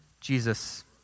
Jesus